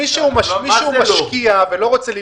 מישהו משקיע ולא רוצה למכור,